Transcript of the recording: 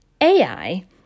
AI